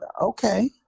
okay